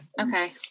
okay